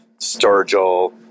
Sturgill